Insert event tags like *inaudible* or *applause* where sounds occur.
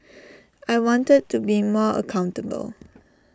*noise* I wanted to be more accountable